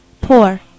Poor